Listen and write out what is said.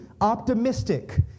optimistic